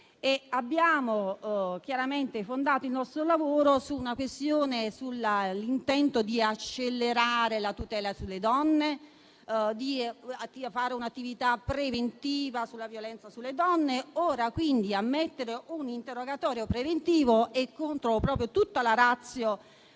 abbiamo fondato il nostro lavoro sull'intento di accelerare la tutela delle donne e di svolgere un'attività preventiva della violenza sulle donne. Ora, ammettere un interrogatorio preventivo è contro tutta la *ratio*